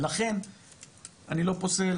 ולכן אני לא פוסל,